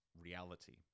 reality